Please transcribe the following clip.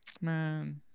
Man